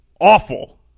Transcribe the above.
awful